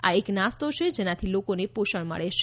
આ એક નાસ્તો છે જેનાથી લોકોને પોષણ મળે છે